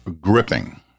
gripping